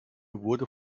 wurde